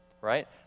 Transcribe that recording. right